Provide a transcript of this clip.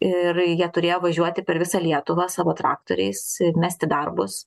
ir jie turėjo važiuoti per visą lietuvą savo traktoriais mesti darbus